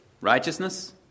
Righteousness